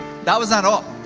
that was not all.